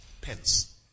pence